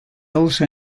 also